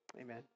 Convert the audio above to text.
Amen